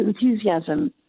enthusiasm